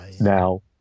Now